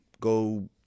go